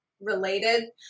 related